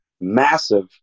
massive